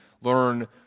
learn